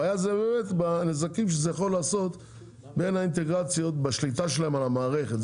הבעיה זה בנזקים שזה יכול לעשות בין האינטגרציות בשליטה שלהם על המערכת,